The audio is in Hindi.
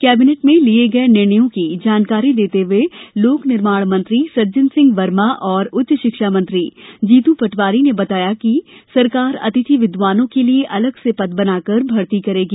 कैबिनेट में लिए गये निर्णयों की जानकारी देते हुए लोक निर्माण मंत्री सज्जन सिंह वर्मा और उच्च शिक्षा मंत्री जीतू पटवारी ने बताया कि सरकार अतिथि विदवानों के लिए अलग से पद बनाकर भर्ती करेगी